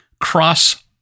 cross